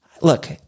look